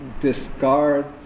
discards